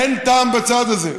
אין טעם בצעד הזה,